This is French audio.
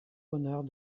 honneurs